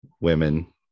women